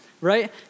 right